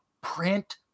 print